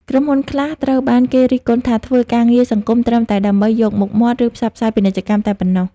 ក្រុមហ៊ុនខ្លះត្រូវបានគេរិះគន់ថា ធ្វើការងារសង្គមត្រឹមតែដើម្បី យកមុខមាត់ ឬផ្សព្វផ្សាយពាណិជ្ជកម្មតែប៉ុណ្ណោះ។